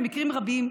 במקרים רבים,